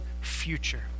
future